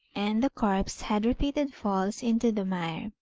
and the corpse had repeated falls into the mire.